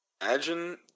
imagine